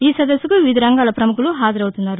ఈ సదస్సుకు వివిధ రంగాల ప్రముఖులు హాజరవుతున్నారు